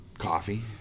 coffee